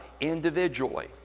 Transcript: individually